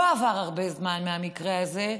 לא עבר הרבה זמן מהמקרה הזה,